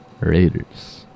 Raiders